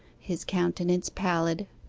his countenance pallid,